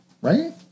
Right